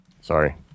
Sorry